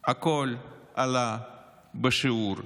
הכול עלה בשיעור חד.